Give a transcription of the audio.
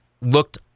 looked